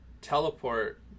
teleport